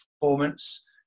performance